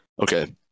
Okay